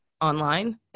online